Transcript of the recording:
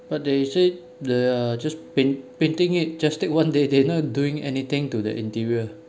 but they said the just paint painting it just take one day they not doing anything to the interior